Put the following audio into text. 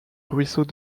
ruisseaux